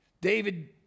David